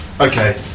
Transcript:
Okay